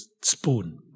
spoon